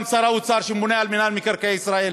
גם שר האוצר שממונה על מינהל מקרקעי ישראל,